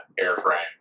airframe